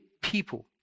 people